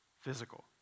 physical